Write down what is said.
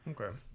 Okay